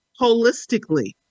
holistically